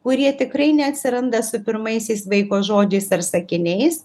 kurie tikrai neatsiranda su pirmaisiais vaiko žodžiais ar sakiniais